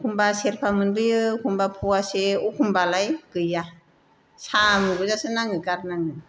एखमब्ला सेरफा मोनबोयो एखमब्ला प'वासे एखमब्लाय गैया साम' गोजासो नाङो गारनाङो